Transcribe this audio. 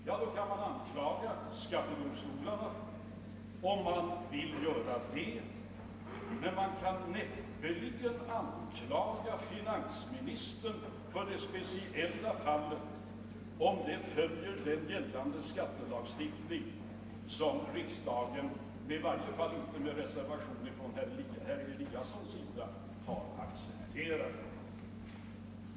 Man kan anklaga skattedomstolarna, om man vill göra det, men man kan näppeligen anklaga finansministern för vad som skett i det speciella fallet, om därvid har tillämpats gällande skattelagstiftning, som riksdagen har accepterat och detta utan reservation från herr Eliassons sida, åtminstone i det här avseendet.